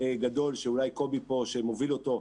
גדול שאולי קובי פה שמוביל אותו,